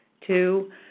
Two